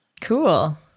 cool